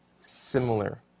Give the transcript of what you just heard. similar